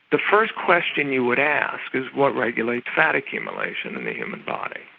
the first question you would ask is what regulates fat accumulation in the human body?